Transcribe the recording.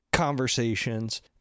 Conversations